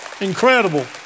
incredible